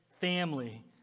family